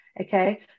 Okay